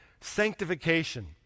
sanctification